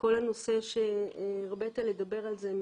בכל הנושא שהרבית לדבר על זה,